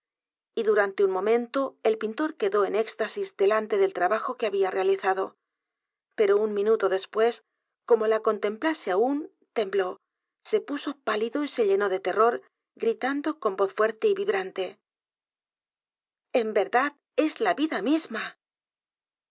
e u n momento el pintor quedó en éxtasis delante del trabajo que había realizado p e r o u n minuto después como la contemplase aún tembló se puso pálido y se llenó de t e r r o r gritando con voz fuerte y v i b r a n t e en verdad es la vida misma